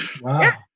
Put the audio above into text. Wow